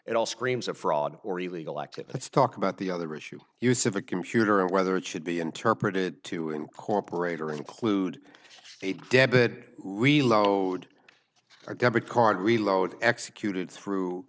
it all screams of fraud or a legal activity to talk about the other issue use of a computer and whether it should be interpreted to incorporate or include a debit or debit card reload executed through